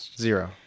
zero